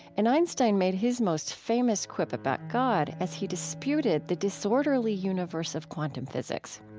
and einstein made his most famous quip about god as he disputed the disorderly universe of quantum physics.